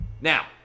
Now